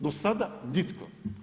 Do sada nitko.